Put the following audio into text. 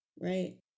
Right